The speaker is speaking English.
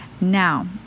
Now